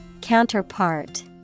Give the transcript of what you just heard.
Counterpart